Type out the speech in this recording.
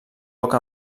poc